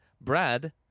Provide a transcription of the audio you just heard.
Brad